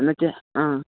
എന്നു വച്ചാൽ ആ